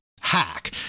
hack